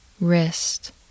wrist